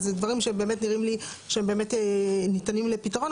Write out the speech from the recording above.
אז זה דברים שנראים לי שהם באמת ניתנים לפתרון,